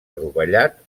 adovellat